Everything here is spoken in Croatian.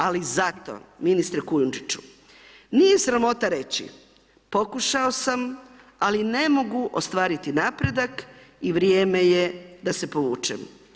Ali zato, ministre Kujundžiću, nije sramota reći, pokušao sam, ali ne mogu ostvariti napredak i vrijeme je da se povučem.